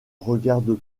regarde